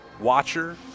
watcher